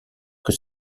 que